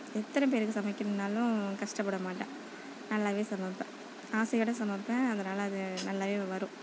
எத்தனை பேருக்கு சமைக்கணும்னாலும் கஷ்டப்பட மாட்டேன் நல்லாவே சமைப்பேன் ஆசையோட சமைப்பேன் அதனால அது நல்லாவே வரும்